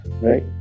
right